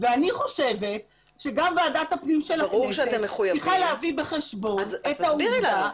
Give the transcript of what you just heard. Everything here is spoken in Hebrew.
אני חושבת שגם ועדת הפנים של הכנסת צריכה להביא בחשבון את העובדה.